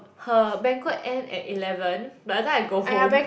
her banquet end at eleven by the time I go home